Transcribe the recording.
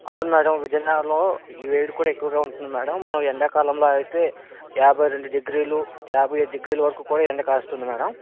అవును మ్యాడమ్ విజయనగరంలో ఈ వేడి కూడా ఎక్కువగా ఉంటుంది మ్యాడమ్ మనం ఎండాకాలంలో అయితే యాభై రెండు డిగ్రీలు యాభై ఐదు డిగ్రీల వరకు కూడా ఎండ కాస్తుంది మ్యాడమ్